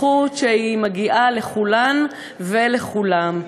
זכות שמגיעה לכולן ולכולם.